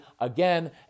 Again